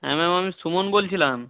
হ্যাঁ ম্যাম আমি সুমন বলছিলাম